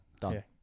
done